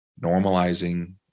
normalizing